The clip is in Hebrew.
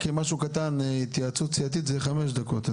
אתה יודע שהתייעצות סיעתית היא חמש דקות?